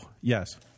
Yes